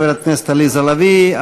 חברת הכנסת עליזה לביא.